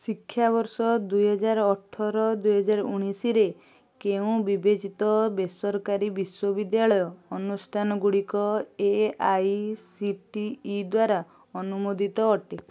ଶିକ୍ଷାବର୍ଷ ଦୁଇ ହଜାର ଅଠର ଦୁଇ ହଜାର ଉଣେଇଶରେ କେଉଁ ବିବେଚିତ ବେସରକାରୀ ବିଶ୍ୱବିଦ୍ୟାଳୟ ଅନୁଷ୍ଠାନ ଗୁଡ଼ିକ A I C T E ଦ୍ଵାରା ଅନୁମୋଦିତ ଅଟେ